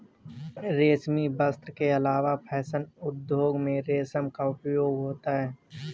रेशमी वस्त्र के अलावा फैशन उद्योग में रेशम का उपयोग होता है